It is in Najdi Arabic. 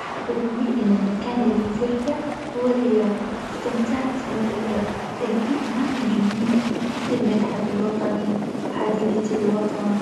أحب أقول إن المكان اللي زرته هو الرياظ استمتعت مرة لأن في أماكن جميلة مثل المتحف الوطني، وحديقة الوطن.